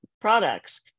products